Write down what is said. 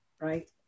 right